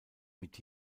mit